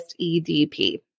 EDP